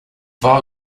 war